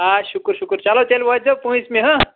آ شُکُر شُکُر چلو تیٚلہِ وٲتۍزیو پٲنٛژمہِ ہہ